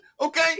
Okay